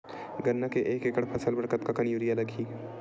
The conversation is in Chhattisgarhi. गन्ना के एक एकड़ फसल बर कतका कन यूरिया लगही?